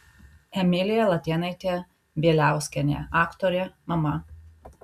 emilija latėnaitė bieliauskienė aktorė mama